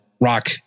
rock